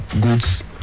goods